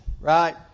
right